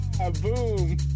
A-boom